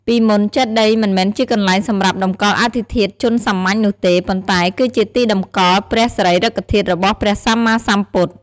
ពីមុនចេតិយមិនមែនជាកន្លែងសម្រាប់តម្កល់អដ្ឋិធាតុជនសាមញ្ញនោះទេ ប៉ុន្តែគឺជាទីតម្កល់ព្រះសារីរិកធាតុរបស់ព្រះសម្មាសម្ពុទ្ធ។